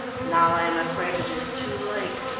now i am afraid it is too late.